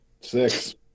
Six